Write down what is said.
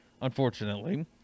unfortunately